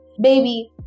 Baby